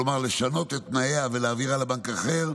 כלומר לשנות את תנאיה ולהעבירה לבנק אחר,